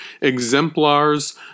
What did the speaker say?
exemplars